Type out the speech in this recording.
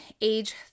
age